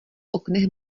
oknech